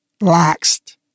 laxed